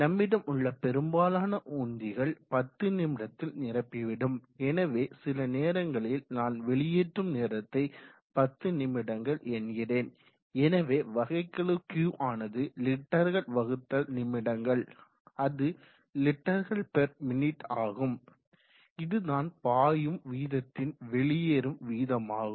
நம்மிடம் உள்ள பெரும்பாலான உந்திகள் 10 நிமிடத்தில் நிரப்பிவிடும் எனவே சில நேரங்களில் நான் வெளியேற்றும் நேரத்தை 10 நிமிடங்கள் என்கிறேன் எனவே வகைக்கெழு Q ஆனது லிட்டர்கள் வகுத்தல் நிமிடங்கள் அது லிட்டர்கள் பெர் மினிட் ஆகும் இதுதான் பாயும் வீதத்தின் வெளியேறும் வீதமாகும்